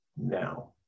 now